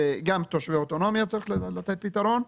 גם לתושבי האוטונומיה צריך לתת פתרון.